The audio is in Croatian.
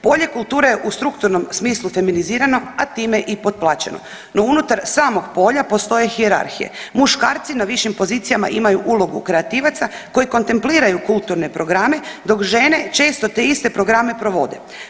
Polje kulture je u strukturnom smislu feminizirano, a time i potplaćeno, no unutar samog polja postoje hijerarhije, muškarci na višim pozicijama imaju ulogu kreativaca koji kontempliraju kulturne programe dok žene često te iste programe provode.